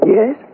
Yes